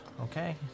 Okay